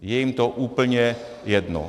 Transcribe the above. Je jim to úplně jedno.